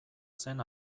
zen